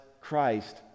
Christ